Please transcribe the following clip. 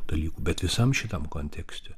dalykų bet visam šitam kontekste